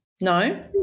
No